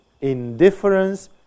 indifference